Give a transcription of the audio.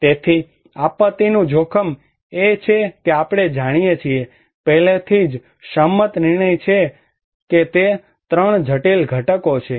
તેથી આપત્તિનું જોખમ એ છે કે આપણે જાણીએ છીએ પહેલેથી જ સંમત નિર્ણય છે કે તે 3 જટિલ ઘટકો છે